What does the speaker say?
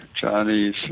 Chinese